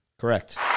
Correct